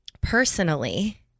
personally